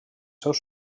seus